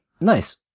Nice